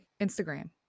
Instagram